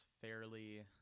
fairly